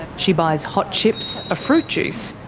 she buys hot chips, a fruit juice,